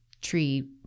tree